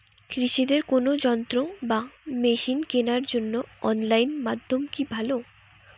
কৃষিদের কোন যন্ত্র বা মেশিন কেনার জন্য অনলাইন মাধ্যম কি ভালো?